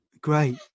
Great